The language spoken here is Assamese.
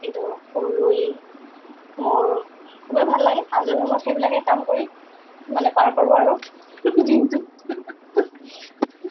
কিন্তু ফুল ৰুই মোৰ খুবেই ভাল লাগে আজৰি সময়ত সেইবিলাকে কাম কৰি মানে পাৰ কৰোঁ আৰু দিনটো